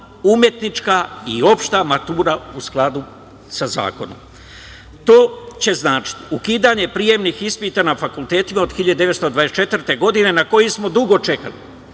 umetnička i opšta matura, u skladu sa zakonom. To će značiti ukidanje prijemnih ispita na fakultetima od 2024. godine, na koji smo dugo čekali.